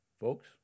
folks